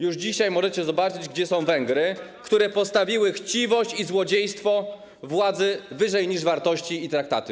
Już dzisiaj możecie zobaczyć, gdzie są Węgry, które postawiły chciwość i złodziejstwo władzy wyżej niż wartości i traktaty.